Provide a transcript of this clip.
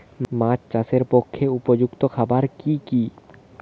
মাছ চাষের পক্ষে উপযুক্ত খাবার কি কি?